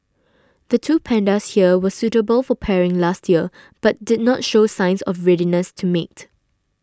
the two pandas here were suitable for pairing last year but did not show signs of readiness to mate